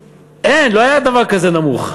אין, לא היה דבר כזה נמוך.